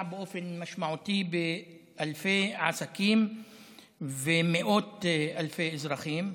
באופן משמעותי באלפי עסקים ובמאות אלפי אזרחים.